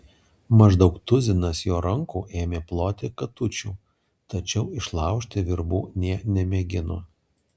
maždaug tuzinas jo rankų ėmė ploti katučių tačiau išlaužti virbų nė nemėgino